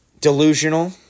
delusional